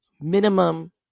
minimum